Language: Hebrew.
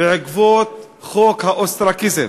בעקבות חוק האוסטרקיזם.